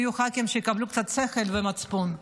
יהיו ח"כים שיקבלו קצת שכל ומצפון.